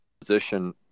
position